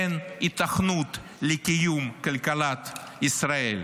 אין היתכנות לקיום כלכלת ישראל.